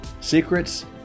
Secrets